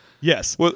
Yes